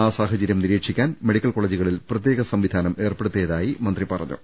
ആ സാഹചര്യം നിരീക്ഷിക്കാൻ മെഡിക്കൽ കോളേജു കളിൽ പ്രത്യേക സംവിധാനം ഏർപ്പെടുത്തിയതായി മന്ത്രി പറ ഞ്ഞു